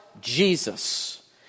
Jesus